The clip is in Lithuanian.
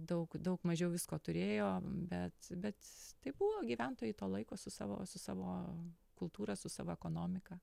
daug daug mažiau visko turėjo bet bet tai buvo gyventojai to laiko su savo su savo kultūra su savo ekonomika